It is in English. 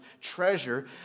treasure